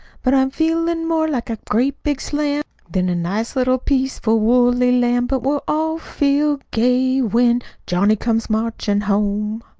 but i'm feelin' more like a great big slam than a nice little peaceful woolly lamb, but we'll all feel gay when johnny comes marchin' home.